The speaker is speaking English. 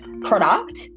product